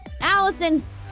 Allison's